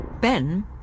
Ben